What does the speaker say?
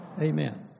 Amen